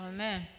Amen